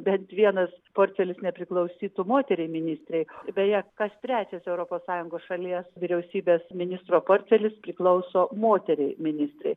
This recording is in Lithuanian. bent vienas portfelis nepriklausytų moteriai ministrei beje kas trečias europos sąjungos šalies vyriausybės ministro portfelis priklauso moteriai ministrei